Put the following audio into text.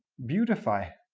beautify,